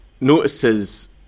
notices